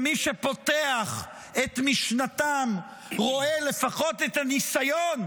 שמי שפותח את משנתם רואה לפחות את הניסיון,